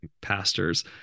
pastors